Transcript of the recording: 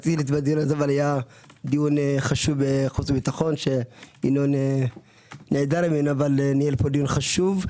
היה דיון חשוב בחוץ וביטחון שינון נעדר ממנו אבל ניהל פה דיון חשוב.